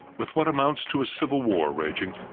with what amounts to a civil war raging,